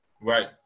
Right